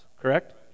Correct